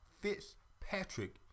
Fitzpatrick